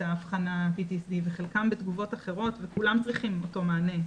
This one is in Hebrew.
האבחנה PTSD וחלקם בתגובות אחרות וכולם צריכים אותו מענה,